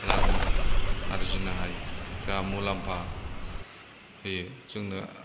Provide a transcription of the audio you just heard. रां आरजिनो हायो जा मुलामफा होयो जोंनो